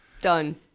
Done